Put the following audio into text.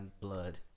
blood